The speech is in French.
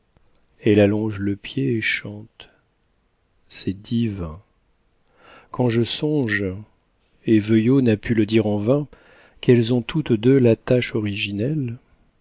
elle allonge le pied et chante c'est divin quand je songe et veuillot n'a pu le dire en vain qu'elles ont toutes deux la tache originelle